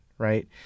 right